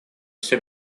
все